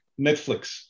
Netflix